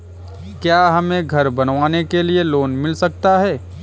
क्या हमें घर बनवाने के लिए लोन मिल सकता है?